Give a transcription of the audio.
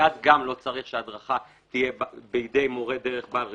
כי אז גם לא צריך שההדרכה תהיה בידי מורה דרך בעל רישיון,